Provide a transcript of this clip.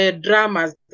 dramas